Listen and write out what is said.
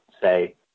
say